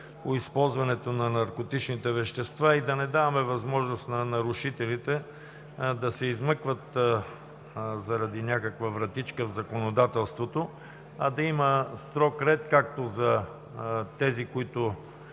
по използването на наркотичните вещества и да не даваме възможност на нарушителите да се измъкват заради някаква вратичка в законодателството, а да има строг ред както за тези, които